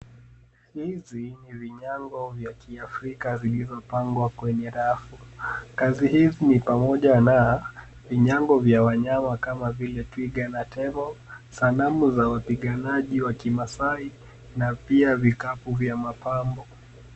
Hizi ni vinyago vya kiafrika zilizopangwa kwenye rafu. Kazi hizi ni pamoja na vinyago vya wanyama kama vile twiga na tembo, sanamu za wapiganaji wa kimasai na pia vikapu vya mapambo.